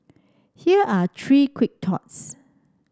here are three quick thoughts